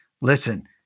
Listen